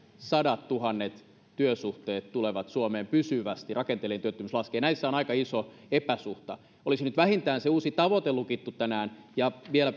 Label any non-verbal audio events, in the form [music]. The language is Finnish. sadat tuhannet työsuhteet tulevat suomeen pysyvästi ja rakenteellinen työttömyys laskee näissä on aika iso epäsuhta olisi nyt vähintään se uusi tavoite lukittu tänään ja vielä [unintelligible]